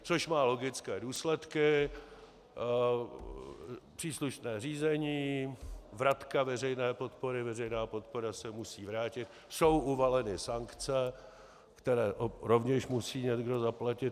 Což má logické důsledky: příslušné řízení, vratka veřejné podpory, veřejná podpora se musí vrátit, jsou uvaleny sankce, které rovněž musí někdo zaplatit.